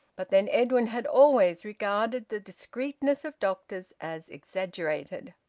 but then edwin had always regarded the discreetness of doctors as exaggerated.